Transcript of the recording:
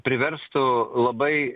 priverstų labai